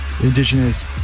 Indigenous